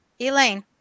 Elaine